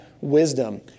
wisdom